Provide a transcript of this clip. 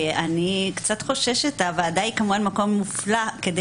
אני קצת חוששת הוועדה היא כמובן מקום מופלא כדי